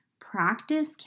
practice